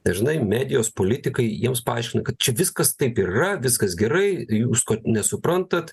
dažnai medijos politikai jiems paaiškina kad čia viskas taip ir yra viskas gerai jūs nesuprantat